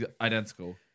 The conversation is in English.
identical